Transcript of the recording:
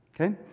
okay